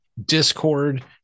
discord